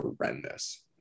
horrendous